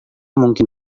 mungkin